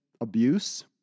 abuse